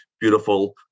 beautiful